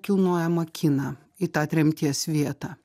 kilnojamą kiną į tą tremties vietą